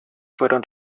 fueron